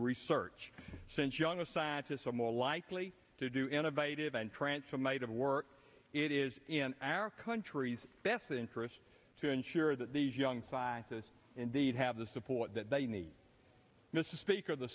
research since younger scientists are more likely to do innovative and transfer made of work it is in our country's best interest to ensure that these young scientists indeed have the support that they need mr speaker the